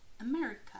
America